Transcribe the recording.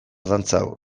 dantzatu